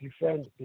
defend